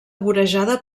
vorejada